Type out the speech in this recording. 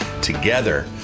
Together